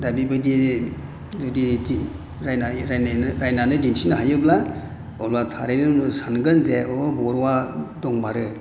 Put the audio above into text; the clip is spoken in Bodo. दा बेबायदि जुदि रायनानै रायनानै दिन्थिनो हायोब्ला अब्ला थारैनो सानगोन जे अ बर'आ दंमारो